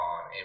on